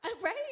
right